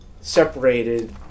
separated